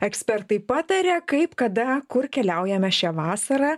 ekspertai pataria kaip kada kur keliaujame šią vasarą